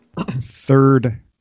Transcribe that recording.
third